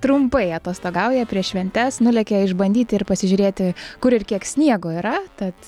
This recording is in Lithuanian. trumpai atostogauja prieš šventes nulėkė išbandyti ir pasižiūrėti kur ir kiek sniego yra tad